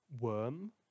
Worm